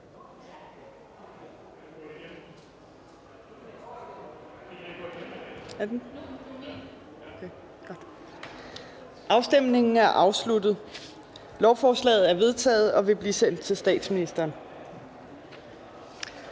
stemte 8 (DF).] Lovforslaget er vedtaget og vil blive sendt til statsministeren.